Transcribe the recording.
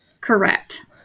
Correct